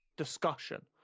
discussion